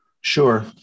Sure